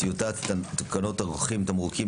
טיוטת תקנות הרוקחים (תמרוקים),